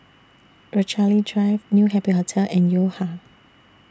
Rochalie Drive New Happy Hotel and Yo Ha